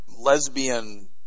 lesbian